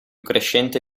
crescente